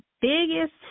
biggest